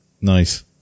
Nice